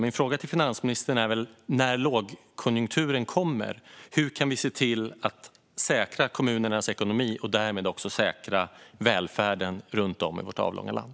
Min fråga till finansministern är: Hur kan vi, när lågkonjunkturen kommer, se till att säkra kommunernas ekonomi och därmed också säkra välfärden runt om i vårt avlånga land?